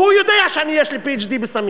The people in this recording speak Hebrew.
והוא יודע שיש לי PhD בסמים.